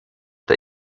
the